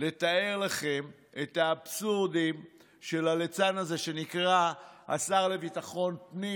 לתאר לכם את האבסורדים של הליצן הזה שנקרא השר לביטחון פנים,